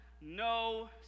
no